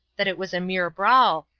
that it was a mere brawl,